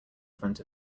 front